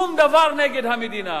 שום דבר נגד המדינה,